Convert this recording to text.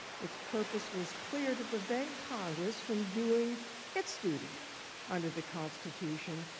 its purpose was clear to prevent congress from doing its duty under the constitution.